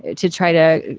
to try to,